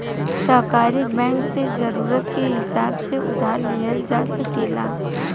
सहकारी बैंक से जरूरत के हिसाब से उधार लिहल जा सकेला